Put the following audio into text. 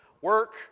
Work